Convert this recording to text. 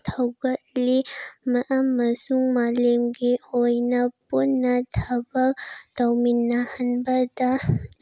ꯊꯧꯒꯠꯂꯤ ꯑꯃꯁꯨꯡ ꯃꯥꯂꯦꯝꯒꯤ ꯑꯣꯏꯅ ꯄꯨꯟꯅ ꯊꯕꯛ ꯇꯧꯃꯤꯟꯅꯍꯟꯕꯗ